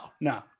no